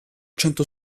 cento